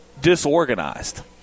disorganized